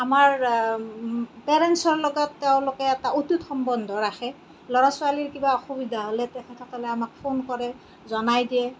আমাৰ পেৰেন্টছৰ লগত তেওঁলোকে এটা অটুত সম্বন্ধ ৰাখে ল'ৰা ছোৱালীৰ কিবা অসুবিধা হ'লে তেখেতসকলে আমাক ফোন কৰে জনায় দিয়ে